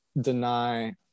deny